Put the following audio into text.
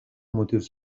motius